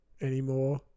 anymore